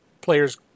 players